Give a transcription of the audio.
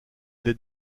des